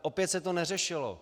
Opět se to neřešilo.